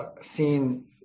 seen